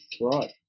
Right